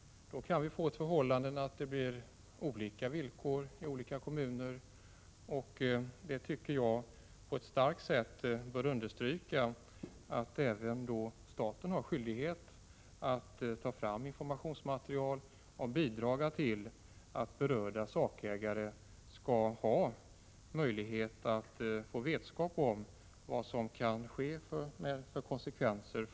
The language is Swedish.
Det kan då bli olika villkor i olika kommuner. Jag tycker att man på ett kraftfullt sätt bör understryka att även staten har skyldighet att ta fram informationsmaterial och bidra till att berörda sakägare får vetskap om vilka konsekvenserna blir för den mark de äger.